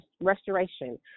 restoration